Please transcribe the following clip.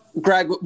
Greg